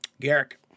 Garrick